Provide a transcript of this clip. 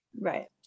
right